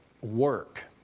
work